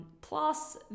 plus